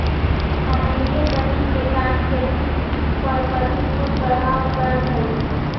अम्लीय जमीन के कारण खेती पर प्रतिकूल प्रभाव पड़ऽ हइ